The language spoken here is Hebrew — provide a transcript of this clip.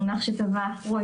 מונח שטבע פרויד,